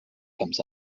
comes